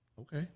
okay